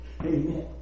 Amen